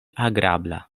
agrabla